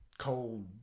cold